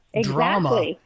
drama